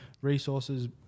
resources